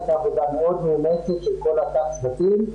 הייתה עבודה מאוד מאומצת של כל אותם צוותים.